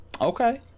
okay